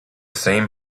same